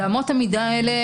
ואמות המידה האלה,